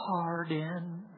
pardon